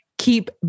keep